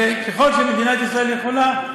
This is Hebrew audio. וככל שמדינת ישראל יכולה,